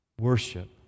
Worship